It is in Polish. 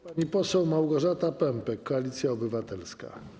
Pani poseł Małgorzata Pępek, Koalicja Obywatelska.